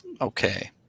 Okay